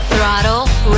Throttle